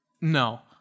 No